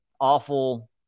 awful